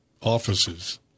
offices